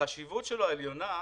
החשיבות העליונה שלו,